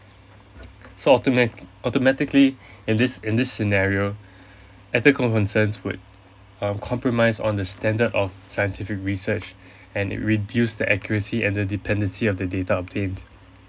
so automat- automatically in this in this scenario ethical concerns would um compromise on the standard of scientific research and it reduce the accuracy and the dependency of the data obtained